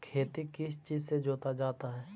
खेती किस चीज से जोता जाता है?